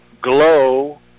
glow